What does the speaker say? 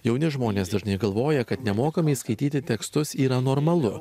jauni žmonės dažnai galvoja kad nemokamai skaityti tekstus yra normalu